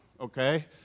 okay